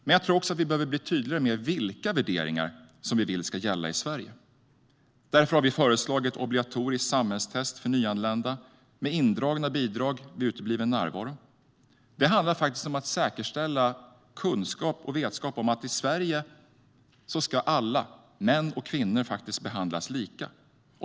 Men jag tror också att vi behöver bli tydligare med vilka värderingar som vi vill ska gälla i Sverige. Därför har vi föreslagit ett obligatoriskt samhällstest för nyanlända med indragna bidrag vid utebliven närvaro. Det handlar faktiskt om att säkerställa kunskap och vetskap om att i Sverige ska alla män och kvinnor faktiskt behandlas lika.